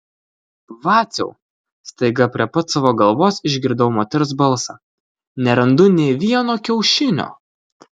vaciau staiga prie pat savo galvos išgirdau moters balsą nerandu nė vieno kiaušinio